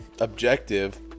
objective